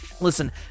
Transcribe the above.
listen